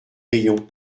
rayons